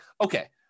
okay